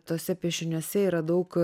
tuose piešiniuose yra daug